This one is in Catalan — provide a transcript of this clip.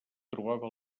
trobava